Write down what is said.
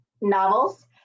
novels